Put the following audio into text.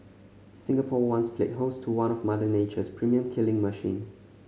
Singapore once played host to one of Mother Nature's premium killing machines